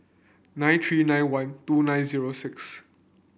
nine three nine one two nine zero six